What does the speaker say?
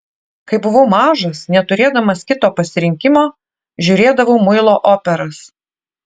kai buvau mažas neturėdamas kito pasirinkimo žiūrėdavau muilo operas